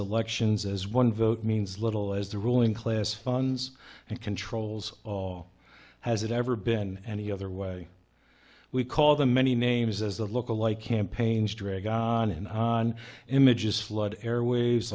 elections as one vote means little as the ruling class funds and controls has it ever been any other way we call the many names as they look alike campaigns drag on and on images flood air waves